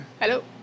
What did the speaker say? Hello